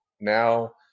Now